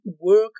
work